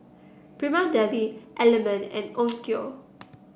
Prima Deli Element and Onkyo